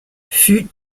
fut